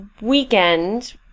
weekend